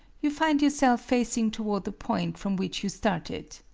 you find yourself facing toward the point from which you started.